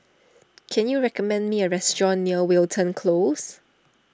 can you recommend me a restaurant near Wilton Close